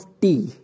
tea